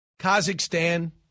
Kazakhstan